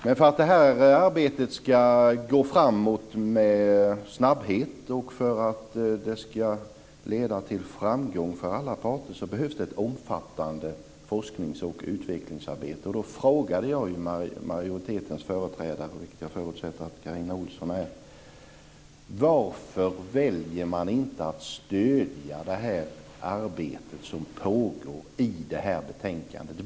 Men för att det här arbetet ska gå framåt med snabbhet och för att det ska leda till framgång för alla parter behövs det ett omfattande forsknings och utvecklingsarbete. Jag frågade majoritetens företrädare, vilket jag förutsätter att Carina Ohlsson är, varför man inte i det här betänkandet väljer att stödja det arbete som pågår.